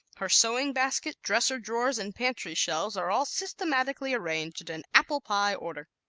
her sewing basket, dresser drawers and pantry shelves are all systematically arranged in apple-pie order.